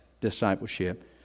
discipleship